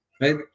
right